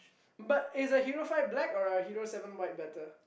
but is a Hero five black or a Hero seven white better